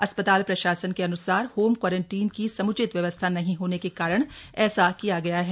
अस्पताल प्रशासन के अन्सार होम क्वारंटीन की सम्चित व्यवस्था नहीं होने के कारण ऐसा किया गया है